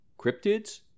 Cryptids